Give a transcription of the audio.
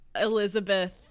elizabeth